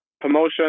promotion